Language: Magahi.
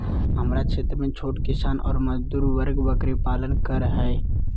हमरा क्षेत्र में छोट किसान ऑर मजदूर वर्ग बकरी पालन कर हई